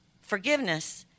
Forgiveness